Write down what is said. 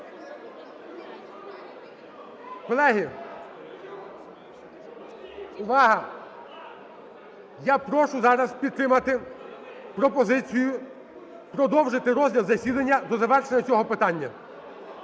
Колеги, увага! Я прошу зараз підтримати пропозицію продовжити розгляд засідання до завершення цього питання.